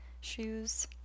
shoes